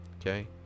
Okay